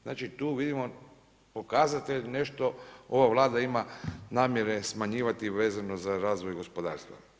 Znači tu vidimo pokazatelj , nešto ova Vlada ima namjere smanjivati vezano za razvoj gospodarstva.